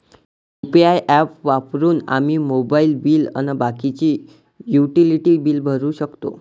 UPI app वापरून आम्ही mobile bill अन बाकीचे युटिलिटी बिल भरू शकतो